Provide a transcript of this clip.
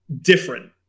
different